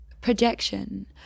projection